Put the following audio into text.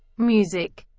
music